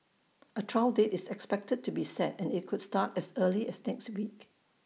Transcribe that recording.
A trial date is expected to be set and IT could start as early as next week